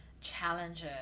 challenges